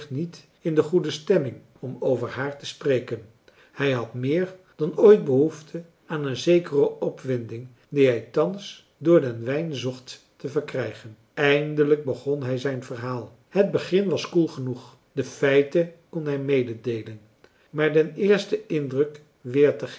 niet in de marcellus emants een drietal novellen goede stemming om over haar te spreken hij had meer dan ooit behoefte aan een zekere opwinding die hij thans door den wijn zocht te verkrijgen eindelijk begon hij zijn verhaal het begin was koel genoeg de feiten kon hij mededeelen maar den eersten indruk